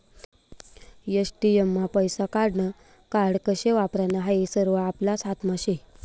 ATM मा पैसा काढानं कार्ड कशे वापरानं हायी सरवं आपलाच हातमा शे